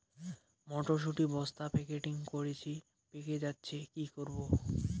মটর শুটি বস্তা প্যাকেটিং করেছি পেকে যাচ্ছে কি করব?